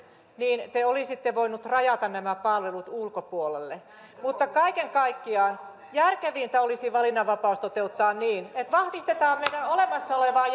te olisitte voineet rajata nämä palvelut ulkopuolelle mutta kaiken kaikkiaan järkevintä olisi valinnanvapaus toteuttaa niin että vahvistetaan meidän olemassa olevaa